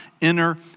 inner